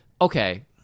Okay